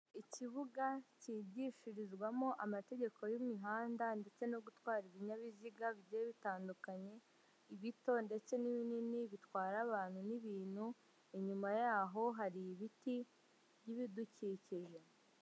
Ikibuga cyigishirizwamo amategeko y'imihanda ndetse no gutwara ibinyabiziga bigiye bitandukanye, ibito ndetse n'ibinini bitwara abantu n'ibintu, inyuma yaho hari ibiti by'ibidukikije.